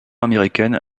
américaine